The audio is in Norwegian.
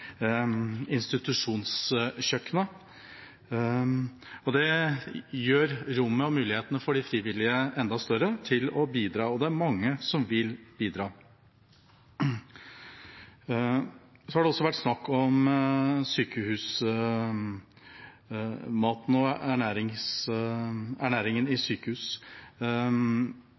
Det gjør rommet og mulighetene for de frivillige til å bidra enda større, og det er mange som vil bidra. Så har det også vært snakk om sykehusmaten og ernæringen i